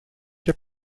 your